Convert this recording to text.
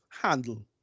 handle